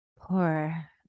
poor